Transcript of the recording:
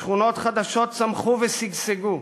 שכונות חדשות צמחו ושגשגו,